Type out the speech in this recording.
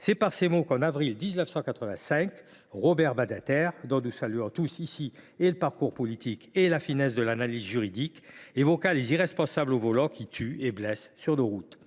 étaient les mots qu’en avril 1985 Robert Badinter, dont nous saluons tous ici le parcours politique et la finesse de l’analyse juridique, employait pour évoquer les irresponsables au volant, qui tuent et blessent sur nos routes.